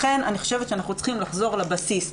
לכן אני חושבת שאנחנו צריכים לחזור לבסיס.